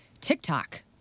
TikTok